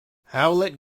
howlett